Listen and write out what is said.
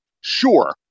sure